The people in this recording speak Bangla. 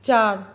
চার